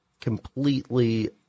completely